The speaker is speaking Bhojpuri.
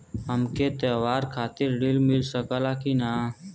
हमके त्योहार खातिर त्रण मिल सकला कि ना?